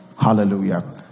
Hallelujah